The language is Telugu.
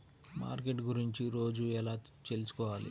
మార్కెట్ గురించి రోజు ఎలా తెలుసుకోవాలి?